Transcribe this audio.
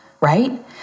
right